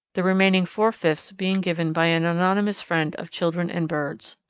the remaining four-fifths being given by an anonymous friend of children and birds.